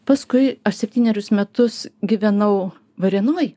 paskui aš septynerius metus gyvenau varėnoj